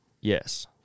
Yes